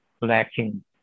lacking